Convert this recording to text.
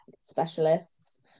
Specialists